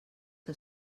que